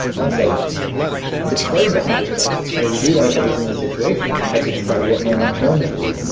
once i had declared the hunger strike i realized i was in a situation, and i had to decide what my own terms were.